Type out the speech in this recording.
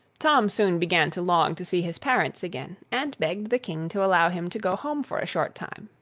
tom soon began to long to see his parents again, and begged the king to allow him to go home for a short time.